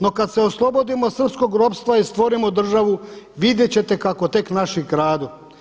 No kada se oslobodimo srpskog ropstva i stvorimo državu, vidjet ćete kako tek naši kradu.